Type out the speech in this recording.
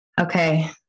Okay